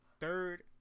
third